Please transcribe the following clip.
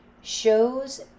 shows